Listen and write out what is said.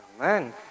Amen